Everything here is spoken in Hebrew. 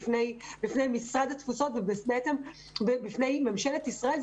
בפני משרד התפוצות ובפני ממשלת ישראל,